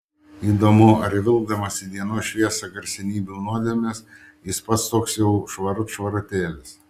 įdomu ar vilkdamas į dienos šviesą garsenybių nuodėmes jis pats toks jau švarut švarutėlis